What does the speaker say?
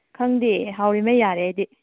ꯈꯪꯗꯦ ꯍꯥꯎꯔꯤꯈꯩ ꯌꯥꯔꯦ ꯑꯩꯗꯤ